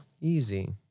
Easy